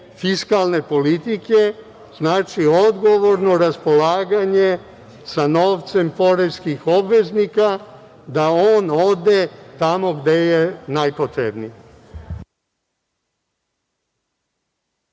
fiskalne politike znači odgovorno raspolaganje sa novcem poreskih obveznika, da on ode tamo gde je najpotrebniji.